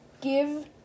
give